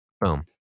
Boom